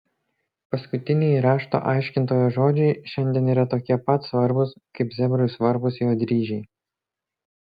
paskutiniai rašto aiškintojo žodžiai šiandien yra tokie pat svarbūs kaip zebrui svarbūs jo dryžiai